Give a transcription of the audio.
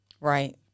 Right